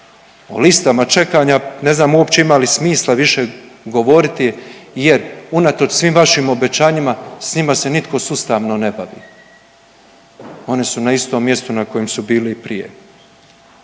O listama čekanja ne znam uopće ima li smisla više govoriti jer unatoč svim vašim obećanjima s njima se nitko sustavno ne bavi. One su na istom mjestu na kojem su bile i prije.